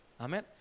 Amen